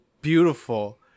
beautiful